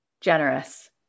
generous